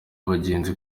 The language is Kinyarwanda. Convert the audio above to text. abagenzi